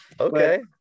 Okay